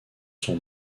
son